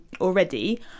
already